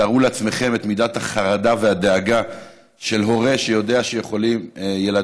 תארו לעצמכם את מידת החרדה והדאגה של הורה שיודע שילדיו